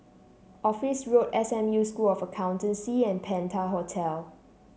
Office Road S M U School of Accountancy and Penta Hotel